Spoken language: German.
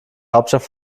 hauptstadt